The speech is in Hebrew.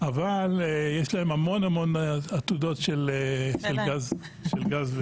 אבל יש להם המון המון עתודות של גז ונפט.